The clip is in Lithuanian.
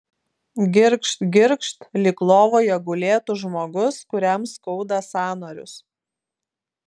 girgžt girgžt lyg lovoje gulėtų žmogus kuriam skauda sąnarius